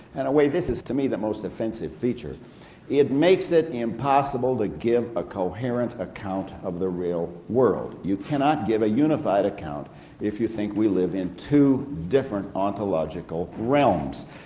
and a way this is to me the most offensive feature it makes it impossible to give a coherent account of the real world. you cannot give a unified account if you think we live in two different ontological realms.